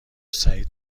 سعید